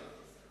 מסכימה,